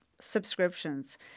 subscriptions